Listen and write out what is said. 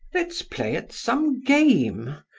let's play at some game!